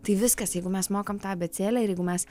tai viskas jeigu mes mokam tą abėcėlę ir jeigu mes